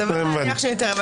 סביר להניח שנתערב.